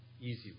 easy